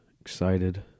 excited